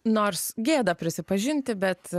nors gėda prisipažinti bet